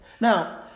Now